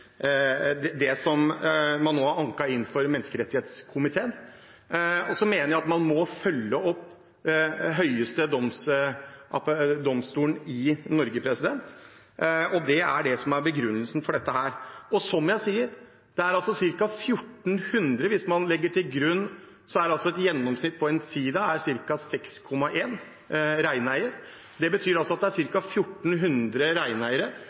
og vurdert det man nå har anket inn for menneskerettskomiteen. Jeg mener at man må følge opp den høyeste domstolen i Norge, og det er det som er begrunnelsen for dette. Og som jeg sier: Hvis man legger til grunn at gjennomsnittet for en sida er ca. 6,1 reineiere, betyr det at det er ca. 1 400 reineiere